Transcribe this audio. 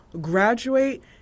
graduate